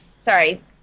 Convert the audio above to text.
sorry